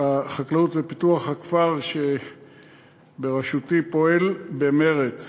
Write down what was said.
החקלאות ופיתוח הכפר בראשותי פועל במרץ